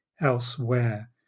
elsewhere